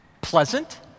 Pleasant